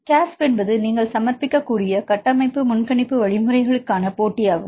CASP என்பது நீங்கள் சமர்ப்பிக்கக்கூடிய கட்டமைப்பு முன்கணிப்பு வழிமுறைகளுக்கான போட்டியாகும்